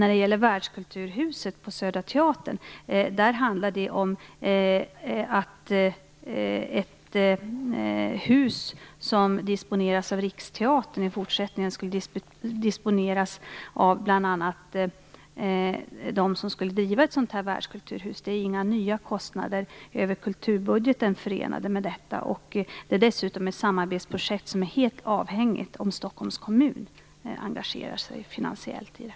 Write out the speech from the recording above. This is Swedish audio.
När det gäller världskulturhuset vid Södra teatern handlar det om att ett hus som disponeras av Riksteatern i fortsättningen skulle disponeras av bl.a. dem som skulle driva världskulturhuset. Det är inga nya kostnader över kulturbudgeten förenade med detta. Det är dessutom ett samarbetsprojekt som är helt avhängigt om Stockholms kommun engagerar sig finansiellt i det.